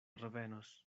revenos